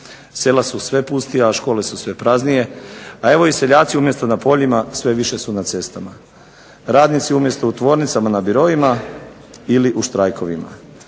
Sela su sve pustija, a škole su sve praznije, a evo i seljaci umjesto na poljima sve više su na cestama. Radnici umjesto u tvornicama na biroima ili u štrajkovima.